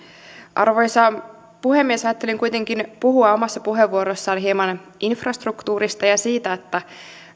arvoisa puhemies ajattelin kuitenkin puhua omassa puheenvuorossani hieman infrastruktuurista ja siitä että